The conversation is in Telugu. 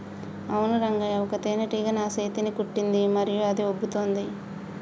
అవును రంగయ్య ఒక తేనేటీగ నా సేతిని కుట్టింది మరియు అది ఉబ్బుతోంది